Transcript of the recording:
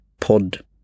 pod